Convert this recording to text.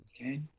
Okay